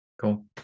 cool